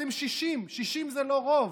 אתם 60. 60 זה לא רוב,